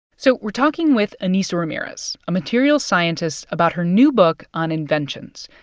so we're talking with ainissa ramirez, a materials scientist, about her new book on inventions,